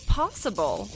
possible